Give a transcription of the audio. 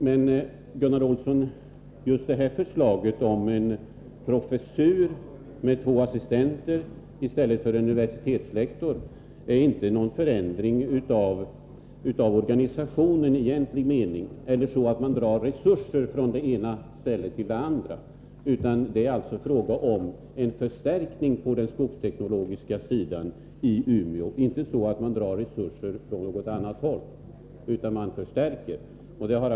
Men, Gunnar Olsson, just det här förslaget om en professur med två assistenter i stället för en universitetslektor innebär inte någon förändring av organisationen i egentlig mening, utan det är fråga om en förstärkning på den skogsteknologiska sidan i Umeå. Man tar alltså inte några resurser från något annat håll utan man genomför en förstärkning.